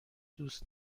دوست